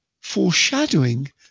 foreshadowing